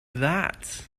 that